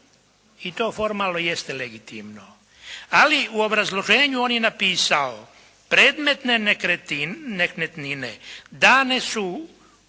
i to formalno jeste legitimno. Ali u obrazloženju on je napisao. Predmetne nekretnine dane su